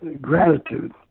Gratitude